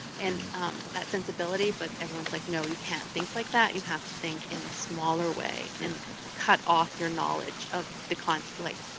and that sensibility, but everyone's like, no, you can't think like that. you have to think in smaller way and and cut off your knowledge of the conflict, like